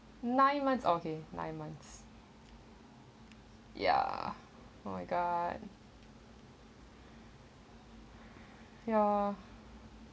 nine months okay nine months ya oh my god you're